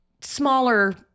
smaller